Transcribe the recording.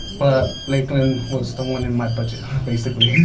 but lakeland was the one in my budget, basically.